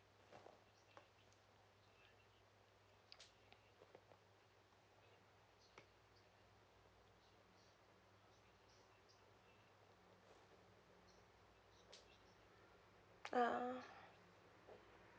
ah